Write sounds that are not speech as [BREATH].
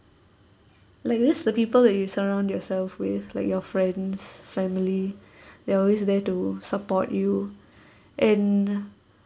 like these the people that you surround yourself with like your friends family [BREATH] they're always there to support you and